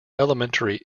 elementary